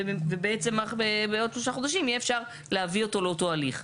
ובעצם בעוד 3 חודשים יהיה אפשר להביא אותו לאותו הליך.